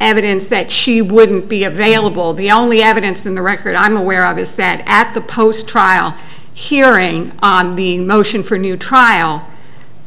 evidence that she wouldn't be available the only evidence in the record i'm aware of is that at the post trial hearing on being motion for a new trial the